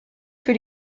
für